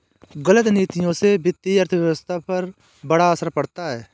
गलत नीतियों से वित्तीय अर्थव्यवस्था पर बड़ा असर पड़ता है